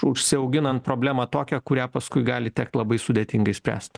užsiauginant problemą tokią kurią paskui gali tekt labai sudėtingai spręst